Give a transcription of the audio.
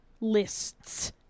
lists